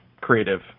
creative